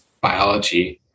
biology